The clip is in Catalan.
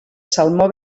salmó